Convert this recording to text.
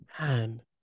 Man